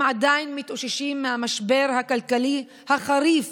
הם עדיין מתאוששים מהמשבר הכלכלי החריף